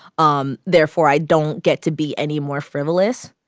um therefore, i don't get to be any more frivolous.